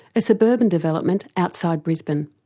a suburban development outside brisbane.